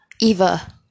Eva